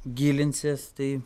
gilinsies tai